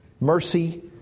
mercy